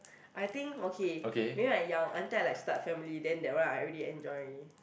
I think okay maybe I young until I like start family then that one I already enjoy